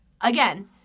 Again